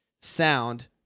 sound